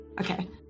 okay